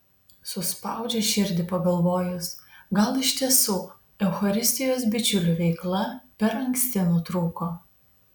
suspaudžia širdį pagalvojus gal iš tiesų eucharistijos bičiulių veikla per anksti nutrūko